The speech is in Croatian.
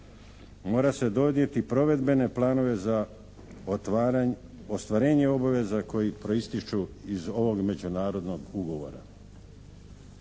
Mora se donijeti provedbene planove za ostvarenje obaveza koji proističu iz ovog međunarodnog ugovora.